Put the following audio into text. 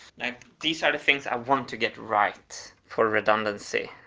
these are the things i want to get right, for redundancy.